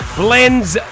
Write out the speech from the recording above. blends